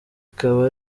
akaba